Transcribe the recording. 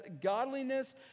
godliness